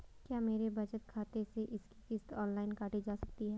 क्या मेरे बचत खाते से इसकी किश्त ऑनलाइन काटी जा सकती है?